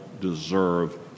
deserve